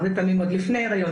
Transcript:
הרבה פעמים עוד לפני היריון,